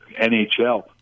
NHL